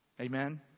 Amen